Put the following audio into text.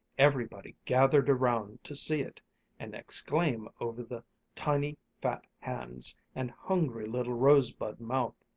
everybody gathered around to see it and exclaim over the tiny fat hands and hungry little rosebud mouth.